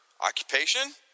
Occupation